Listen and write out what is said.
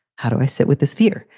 how do i sit with this fear?